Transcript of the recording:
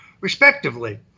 respectively